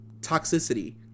toxicity